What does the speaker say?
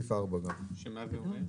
מה זה אומר?